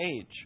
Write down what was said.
age